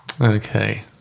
Okay